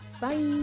bye